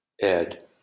Ed